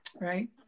right